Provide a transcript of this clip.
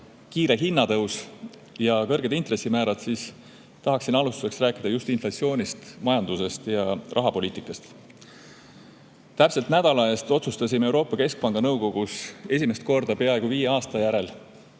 kiire hinnatõus ja kõrged intressimäärad, siis tahaksin alustuseks rääkida just inflatsioonist, majandusest ja rahapoliitikast. Täpselt nädala eest otsustasime Euroopa Keskpanga nõukogus esimest korda peaaegu viie aasta järel